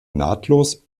nahtlos